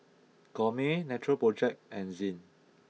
Gourmet Natural project and Zinc